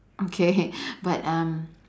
okay but um